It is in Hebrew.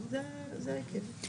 זה ההיקף.